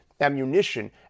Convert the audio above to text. ammunition